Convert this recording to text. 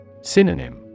Synonym